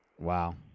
Wow